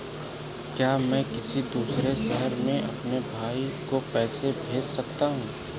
क्या मैं किसी दूसरे शहर में अपने भाई को पैसे भेज सकता हूँ?